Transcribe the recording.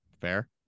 Fair